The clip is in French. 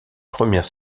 premières